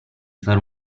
fare